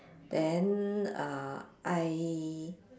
then uh I